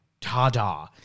ta-da